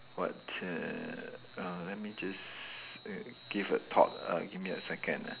what err uh let me just err give a thought uh give me a second ah